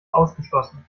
ausgeschlossen